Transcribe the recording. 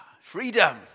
freedom